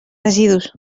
residus